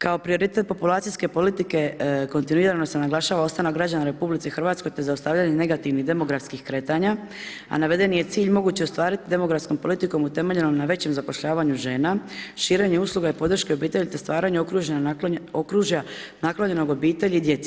Kao prioritet populacijske politike kontinuirano se naglašava ostanak građana u RH te zaustavljanje negativnih demografskih kretanja a navedeni je cilj moguće ostvariti demografskom politikom utemeljenoj na većem zapošljavanju žena, širenju usluga i podrške obitelji te stvaranju okružja naklonjenog obitelj i djeci.